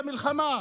במלחמה.